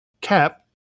cap